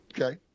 Okay